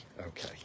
Okay